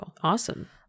Awesome